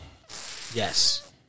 Yes